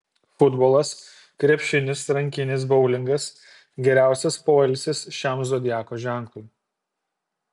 futbolas krepšinis rankinis boulingas geriausias poilsis šiam zodiako ženklui